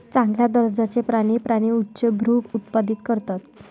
चांगल्या दर्जाचे प्राणी प्राणी उच्चभ्रू उत्पादित करतात